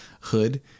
hood